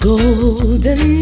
Golden